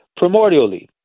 primordially